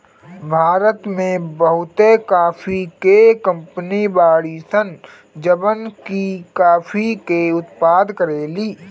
भारत में बहुते काफी के कंपनी बाड़ी सन जवन की काफी के उत्पादन करेली